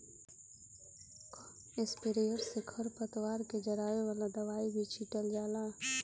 sprayer से खर पतवार के जरावे वाला दवाई भी छीटल जाला